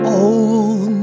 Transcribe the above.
old